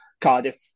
Cardiff